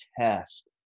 test